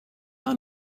are